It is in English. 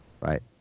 Right